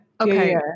Okay